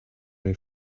ray